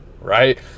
right